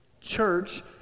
Church